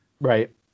Right